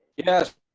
yes,